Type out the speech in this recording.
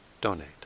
donate